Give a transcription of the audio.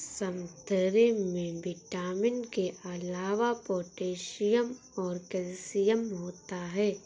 संतरे में विटामिन के अलावा पोटैशियम और कैल्शियम होता है